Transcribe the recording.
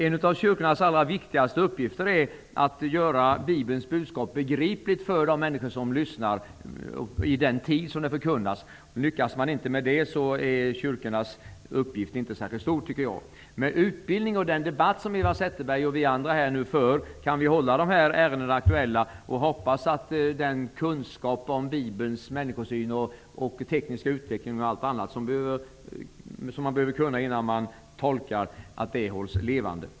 En av kyrkornas allra viktigaste uppgifter är att göra Bibelns budskap begripligt för de människor som lyssnar i den tid då det förkunnas. Lyckas man inte med det är kyrkans uppgift inte särskilt stor. Med utbildning och den debatt som Eva Zetterberg och vi andra för här kan vi hålla dessa ärenden aktuella. Vi får hoppas att den kunskap om människosyn, teknisk utveckling osv. som man behöver ha innan man skall tolka kommer att hållas levande.